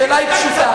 השאלה היא פשוטה,